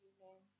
Amen